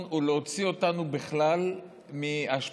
הוא להוציא אותנו בכלל מההשפעה,